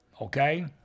okay